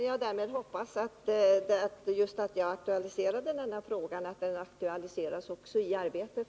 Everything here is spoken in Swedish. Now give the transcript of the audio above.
Fru talman! Jag hoppas då att den här frågan också kommer att aktualiseras i arbetet.